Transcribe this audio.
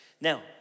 Now